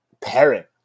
parent